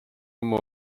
ammu